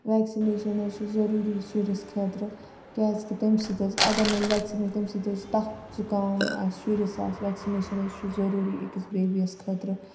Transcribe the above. vaccination حظ چھُ ضوٚروٗری شُرِس خٲطرٕ کیازکہِ تمہِ سۭتۍ حظ اَگَر نہٕ ویٚکسِنیٹ تمہِ سۭتۍ حظ چھُ تَپھ زُکام آسہِ شُرِس آسہِ ویٚکسِنیشَن حظ چھُ ضوٚروٗری أکِس بیبی یَس خٲطرٕ